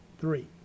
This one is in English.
three